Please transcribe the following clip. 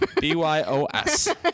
B-Y-O-S